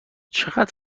چقدر